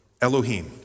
Elohim